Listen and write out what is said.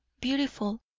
beautiful